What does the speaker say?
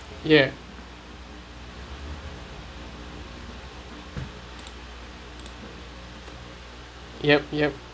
ya yup yup